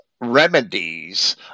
remedies